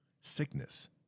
Sickness